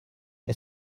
est